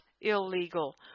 illegal